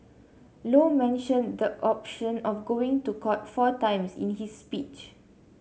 low mentioned the option of going to court four times in his speech